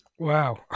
Wow